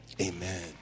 Amen